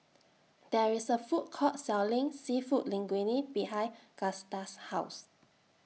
There IS A Food Court Selling Seafood Linguine behind Gusta's House